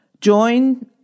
Join